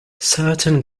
certain